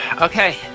Okay